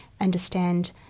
understand